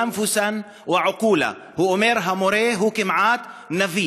שבונה ומטפח נפשות ומוחות.) הוא אומר: המורה הוא כמעט נביא.